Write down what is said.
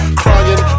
crying